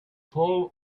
before